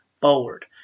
forward